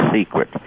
secret